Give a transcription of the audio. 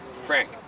frank